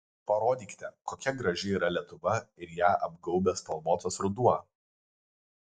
parodykite kokia graži yra lietuva ir ją apgaubęs spalvotas ruduo